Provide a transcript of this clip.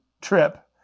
trip